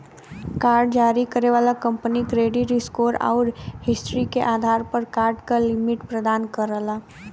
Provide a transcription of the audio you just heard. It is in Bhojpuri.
कार्ड जारी करे वाला कंपनी क्रेडिट स्कोर आउर हिस्ट्री के आधार पर कार्ड क लिमिट प्रदान करला